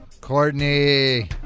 Courtney